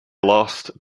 lost